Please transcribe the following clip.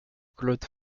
claude